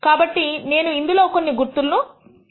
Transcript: కాబట్టి నేను ఇందులో కొన్ని గుర్తు చేస్తాను